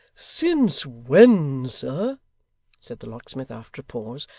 since when, sir said the locksmith after pause,